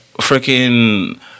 freaking